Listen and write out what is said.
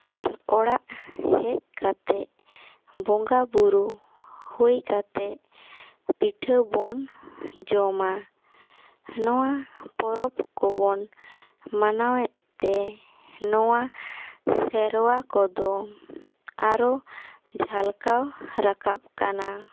ᱟᱨ ᱚᱲᱟᱜ ᱦᱮᱡ ᱠᱟᱛᱮᱫ ᱵᱚᱸᱜᱟ ᱵᱳᱨᱳ ᱦᱩᱭ ᱠᱟᱛᱮᱫ ᱯᱤᱴᱷᱟᱹ ᱵᱚᱱ ᱡᱚᱢᱟ ᱱᱚᱣᱟ ᱯᱚᱨᱚᱵᱽ ᱠᱚ ᱵᱚᱱ ᱢᱟᱱᱟᱣᱮᱫ ᱛᱮ ᱱᱚᱣᱟ ᱥᱮᱨᱣᱟ ᱠᱚ ᱫᱚ ᱟᱨᱚ ᱡᱷᱟᱞᱠᱟᱣ ᱨᱟᱠᱟᱵ ᱠᱟᱱᱟ